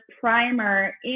primer